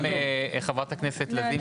חברת הכנסת לזימי,